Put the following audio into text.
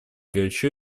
горячо